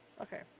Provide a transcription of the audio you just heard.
okay